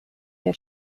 der